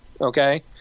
okay